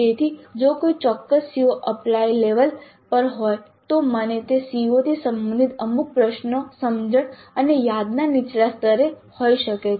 તેથી જો કોઈ ચોક્કસ CO એપ્લાય લેવલ પર હોય તો મને તે CO થી સંબંધિત અમુક પ્રશ્નો સમજણ અને યાદના નીચલા સ્તરે હોઈ શકે છે